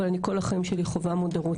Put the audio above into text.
אבל כל החיים שלי חווה מודעת.